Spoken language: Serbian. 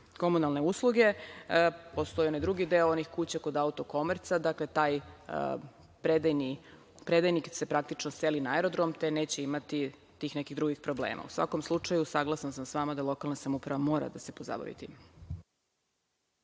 komunalne usluge. Postoji onaj drugi deo onih kuća kod „Autokomerca“, dakle, taj predajnik se praktično seli na aerodrom te neće imati tih nekih drugih problema.U svakom slučaju saglasna sam sa vama da lokalna samouprava mora da se pozabavi